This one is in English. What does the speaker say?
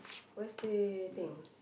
where's say things